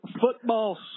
football